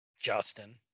Justin